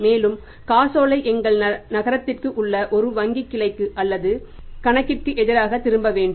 மேலும் காசோலை எங்கள் நகரத்தில் உள்ள ஒரு வங்கிக் கிளைக்கு அல்லது கணக்கிற்கு எதிராக திரும்ப வேண்டும்